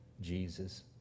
Jesus